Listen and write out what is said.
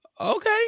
okay